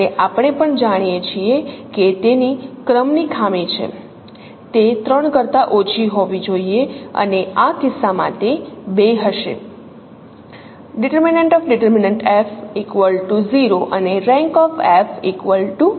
અને આપણે પણ જાણીએ છીએ કે તેની ક્રમની ખામી છે તે 3 કરતા ઓછી હોવી જોઈએ અને આ કિસ્સામાં તે 2 હશે